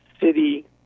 city